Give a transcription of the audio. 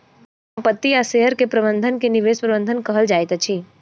संपत्ति आ शेयर के प्रबंधन के निवेश प्रबंधन कहल जाइत अछि